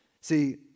See